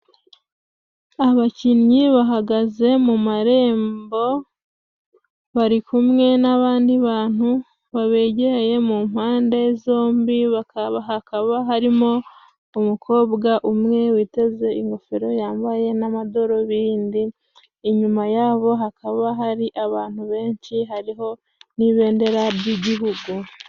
Abakinnyi bahagaze mu marembo bari kumwe n'abandi bantu babegereye mu mpande zombi hakaba harimo umukobwa umwe witeze ingofero yambaye n'amadarubindi, inyuma yabo hakaba hari abantu benshi hariho n'ibendera ry'igihugu.